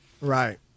Right